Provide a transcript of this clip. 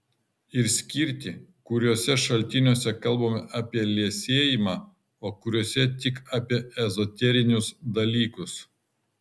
ir skirti kuriuose šaltiniuose kalbama apie liesėjimą o kuriuose tik apie ezoterinius dalykus